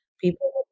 People